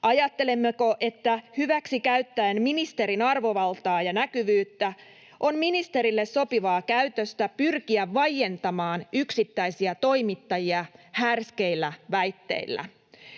Ajattelemmeko, että hyväksikäyttäen ministerin arvovaltaa ja näkyvyyttä on ministerille sopivaa käytöstä pyrkiä vaientamaan yksittäisiä toimittajia härskeillä väitteillä?